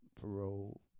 parole